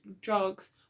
drugs